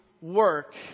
Work